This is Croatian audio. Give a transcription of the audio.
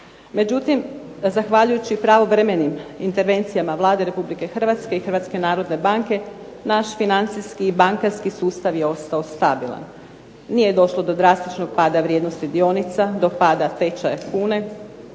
Međutim, zahvaljujući pravovremenim intervencijama Vlade Republike Hrvatske i Hrvatske narodne banke naš financijski i bankarski sustav je ostao stabilan. Nije došlo do drastičnog pada vrijednosti dionica, do pada tečaja kune.